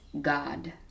God